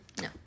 No